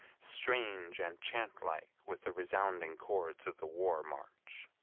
strange and chantlike with the resounding chords of the war march.